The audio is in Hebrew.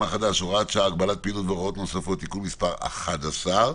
החדש (הוראת שעה) (הגבלת פעילות והוראות נוספות) (תיקון מס' 11),